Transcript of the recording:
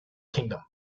kingdom